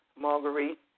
Marguerite